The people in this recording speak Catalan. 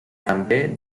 també